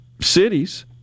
cities